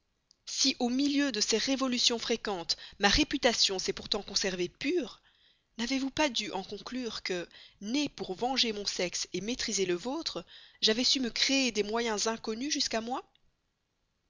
si au milieu de ces révolutions fréquentes ma réputation s'est pourtant conservée pure n'avez-vous pas dû en conclure que née pour venger mon sexe maîtriser le vôtre j'avais su me créer des moyens inconnus jusqu'à moi